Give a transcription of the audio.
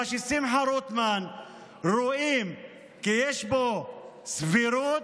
מה ששמחה רוטמן רואים כי יש בו סבירות,